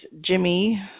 Jimmy